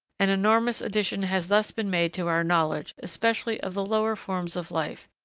an enormous addition has thus been made to our knowledge, especially of the lower forms of life,